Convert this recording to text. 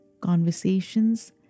conversations